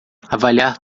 avaliar